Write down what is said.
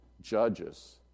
Judges